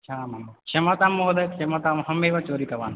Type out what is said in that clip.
आमां क्षम्यतां महोदय क्षम्यताम् अहम् एव चोरितवान्